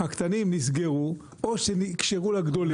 הקטנים נסגרו או שנקשרו לגדולים.